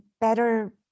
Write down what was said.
better